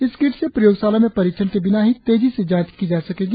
इस किट से प्रयोगशाला में परीक्षण के बिना ही तेजी से जांच की जा सकेगी